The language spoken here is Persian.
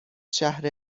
شهر